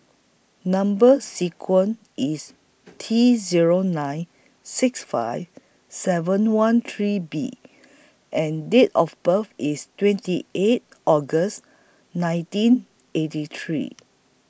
Number sequence IS T Zero nine six five seven one three B and Date of birth IS twenty eight August nineteen eighty three